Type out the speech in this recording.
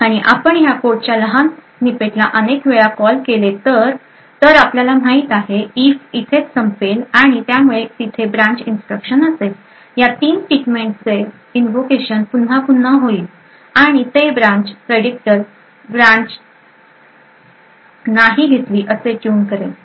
आणि आपण ह्या कोडच्या लहान स्निपेटला अनेक वेळा कॉल केले तर तर आपल्याला माहित आहे if इथेच संपेल आणि त्यामुळे तिथे ब्रांच इन्स्ट्रक्शन असेल या तीन स्टेटमेंटचे इंवोकेशन पुन्हा पुन्हा होईल आणि ते ब्रांच प्रेडिक्टर नाही ब्रांच घेतली नाही असे ट्यून करेल